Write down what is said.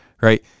right